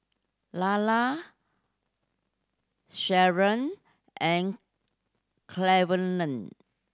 Lelar Sharron and Cleveland